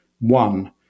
one